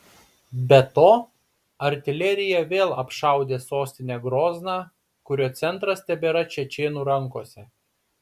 be to artilerija vėl apšaudė sostinę grozną kurio centras tebėra čečėnų rankose